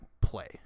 play